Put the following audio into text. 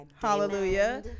Hallelujah